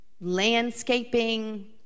landscaping